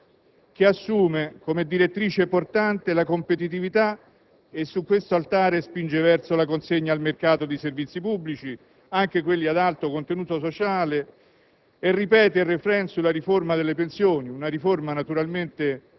e l'impegno complessivamente ultraliberista della costruenda Unione Europea, che assume come direttrice portante la competitività e su questo altare spinge verso la consegna al mercato di servizi pubblici, anche di quelli ad alto contenuto sociale,